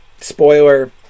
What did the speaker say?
Spoiler